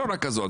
לא רק הזו,